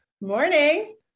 Morning